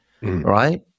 Right